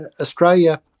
Australia